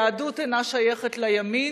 היהדות אינה שייכת לימין,